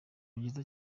byiza